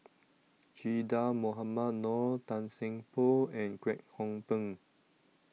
Che Dah Mohamed Noor Tan Seng Poh and Kwek Hong Png